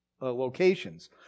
locations